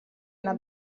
una